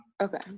Okay